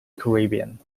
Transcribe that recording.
caribbean